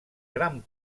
gran